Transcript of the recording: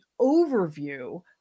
overview